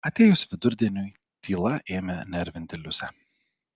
atėjus vidurdieniui tyla ėmė nervinti liusę